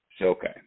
okay